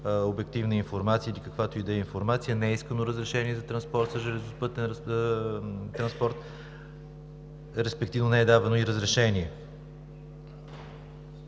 обективна информация или каквато и да е информация. Не е искано разрешение за транспорт, за железопътен транспорт, респективно не е и давано разрешение.